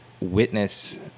witness